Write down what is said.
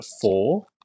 four